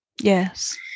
yes